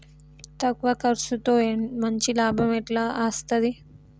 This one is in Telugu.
తక్కువ కర్సుతో మంచి లాభం ఎట్ల అస్తది?